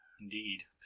Indeed